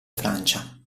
francia